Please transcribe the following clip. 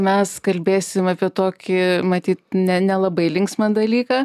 mes kalbėsim apie tokį matyt ne nelabai linksmą dalyką